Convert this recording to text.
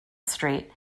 street